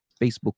Facebook